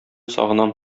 сагынам